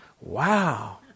Wow